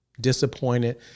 Disappointed